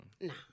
Nah